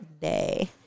day